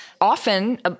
often